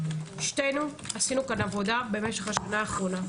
שתינו עשינו כאן עבודה במשך השנה האחרונה.